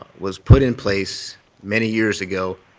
was put in place many years ago.